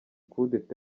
kudeta